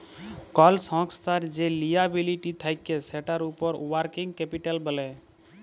call সংস্থার যে liability থাক্যে সেটার উপর ওয়ার্কিং ক্যাপিটাল ব্যলে